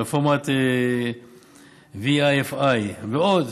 רפורמת Wi-Fi ועוד,